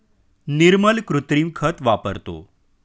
निर्मल कृत्रिम खत वापरतो